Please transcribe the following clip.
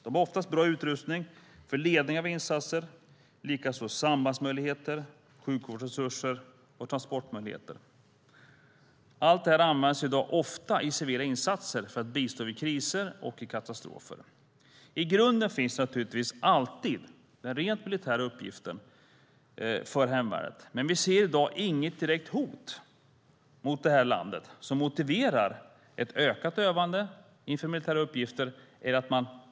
De har oftast bra utrustning för ledning av insatser, likaså sambandsmöjligheter, sjukvårdsresurser och transportmöjligheter. Allt detta används i dag ofta i civila insatser för att bistå vid kriser och katastrofer. I grunden finns naturligtvis alltid den rent militära uppgiften för hemvärnet, men vi ser i dag inget direkt hot mot landet som motiverar ett ökat övande inför den uppgiften.